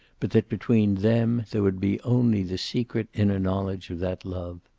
but that between them there would be only the secret inner knowledge of that love.